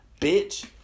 bitch